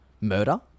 Murder